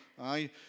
aye